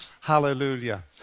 Hallelujah